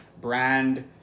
brand